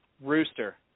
Rooster